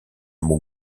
mon